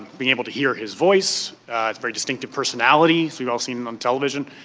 being able to hear his voice, his very distinctive personality, as we've all seen him on television.